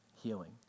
healing